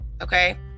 Okay